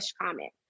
comment